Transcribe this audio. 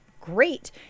great